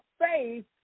faith